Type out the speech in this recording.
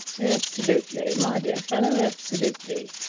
absolutely, my dear fellow absolutely!